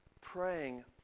praying